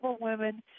women